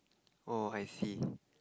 oh I see